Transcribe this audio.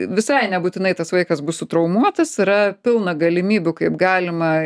visai nebūtinai tas vaikas bus sutraumuotas yra pilna galimybių kaip galima